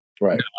Right